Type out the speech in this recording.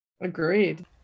Agreed